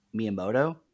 Miyamoto